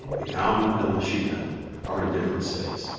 the cow men and the sheep men are in different states.